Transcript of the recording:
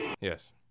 Yes